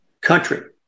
country